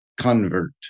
Convert